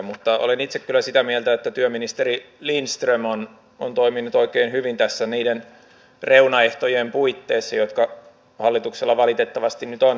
mutta olen itse kyllä sitä mieltä että työministeri lindström on toiminut oikein hyvin tässä niiden reunaehtojen puitteissa jotka hallituksella valitettavasti nyt on